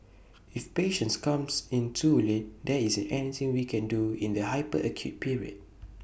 if patients comes in too late there isn't anything we can do in the hyper acute period